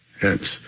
Hence